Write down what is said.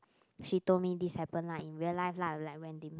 she told me this happen lah in real life like when they met